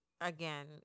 again